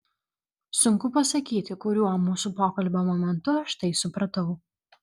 sunku pasakyti kuriuo mūsų pokalbio momentu aš tai supratau